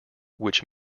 which